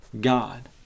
God